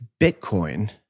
Bitcoin